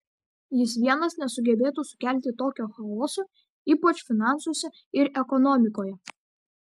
jis vienas nesugebėtų sukelti tokio chaoso ypač finansuose ir ekonomikoje